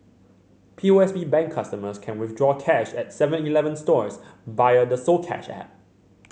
P O S B Bank customers can withdraw cash at Seven Eleven stores via the soCash app